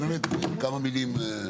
באמת כמה מילים.